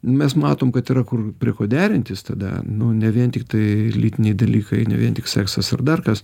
mes matom kad yra kur prie ko derintis tada nu ne vien tiktai lytiniai dalykai ne vien tik seksas ar dar kas